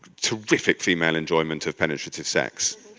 terrific female enjoyment of penetrative sex.